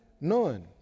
None